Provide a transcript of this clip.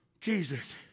Jesus